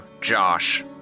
Josh